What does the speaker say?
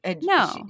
No